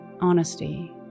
Honesty